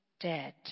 dead